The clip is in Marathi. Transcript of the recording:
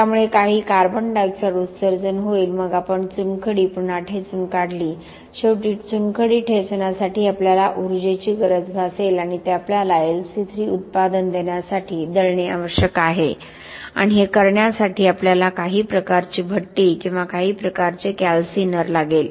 त्यामुळे काही CO2 उत्सर्जन होईल मग आपण चुनखडी पुन्हा ठेचून काढली शेवटी चुनखडी ठेचण्यासाठी आपल्याला उर्जेची गरज भासेल आणि ते आपल्याला LC3 उत्पादन देण्यासाठी दळणे आवश्यक आहे आणि हे करण्यासाठी आपल्याला काही प्रकारची भट्टी किंवा काही प्रकारचे कॅल्सीनर लागेल